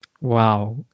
Wow